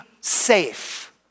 safe